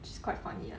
it's quite funny